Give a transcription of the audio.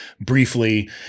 briefly